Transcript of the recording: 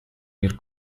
мир